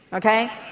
okay.